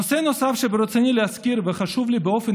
נושא נוסף שברצוני להזכיר וחשוב לי באופן